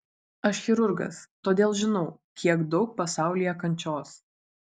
aš chirurgas todėl žinau kiek daug pasaulyje kančios